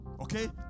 okay